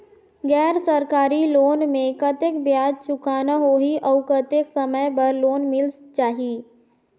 गैर सरकारी लोन मे कतेक ब्याज चुकाना होही और कतेक समय बर लोन मिल जाहि?